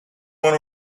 went